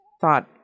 thought